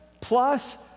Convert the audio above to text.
plus